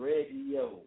Radio